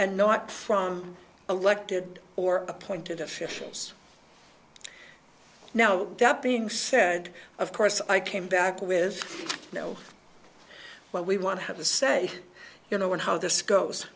and not from elected or appointed officials now that being said of course i came back with you know what we want to have to say you know and how this goes